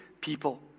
people